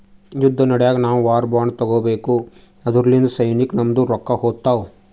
ಯುದ್ದ ನಡ್ಯಾಗ್ ನಾವು ವಾರ್ ಬಾಂಡ್ ತಗೋಬೇಕು ಅದುರ್ಲಿಂದ ಸೈನ್ಯಕ್ ನಮ್ದು ರೊಕ್ಕಾ ಹೋತ್ತಾವ್